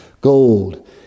Gold